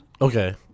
okay